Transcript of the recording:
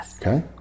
Okay